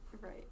Right